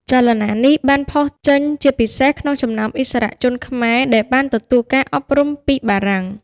ចលនានេះបានផុសចេញជាពិសេសក្នុងចំណោមឥស្សរជនខ្មែរដែលបានទទួលការអប់រំពីបារាំង។